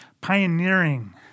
pioneering